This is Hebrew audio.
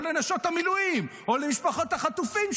או לנשות המילואים או למשפחות החטופים,